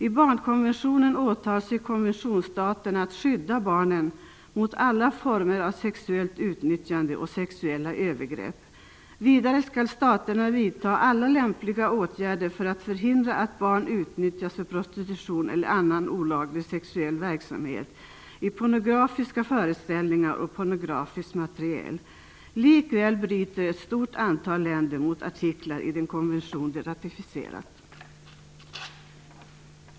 I barnkonventionen åläggs konvetionsstaterna att skydda barnen mot alla former av sexuellt utnyttjande och sexuella övergrepp. Vidare skall staterna vidta alla lämpliga åtgärder för att förhindra att barn utnyttjas för prostitution eller annan olaglig sexuell verksamhet, i pornografiska föreställningar och i pornografiskt material. Likväl bryter ett stort antal länder mot artiklar i den konvention de ratificerat.